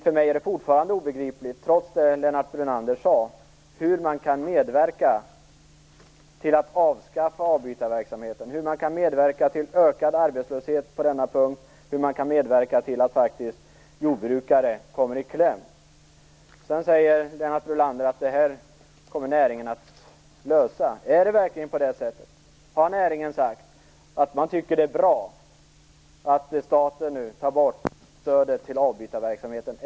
För mig är det fortfarande obegripligt, trots det Lennart Brunander sade, hur man kan medverka till att avskaffa avbytarverksamheten, hur man kan medverka till ökad arbetslöshet på denna punkt och hur man kan medverka till att jordbrukare faktiskt kommer i kläm. Lennart Brunander säger att det här kommer näringen att lösa. Är det verkligen så? Har näringen sagt att man tycker det är bra att staten tar bort stödet till avbytarverksamheten?